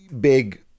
big